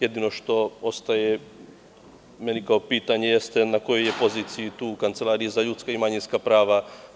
Jedino što ostaje meni kao pitanje jeste na kojoj je poziciji tu u Kancelariji za ljudska i manjinska prava?